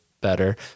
better